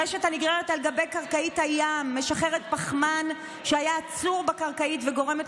הרשת הנגררת על גבי קרקעית הים משחררת פחמן שהיה אצור בקרקעית וגורמת